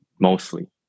mostly